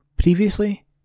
Previously